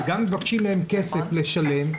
וגם מבקשים מהם כסף לשלם.